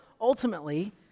ultimately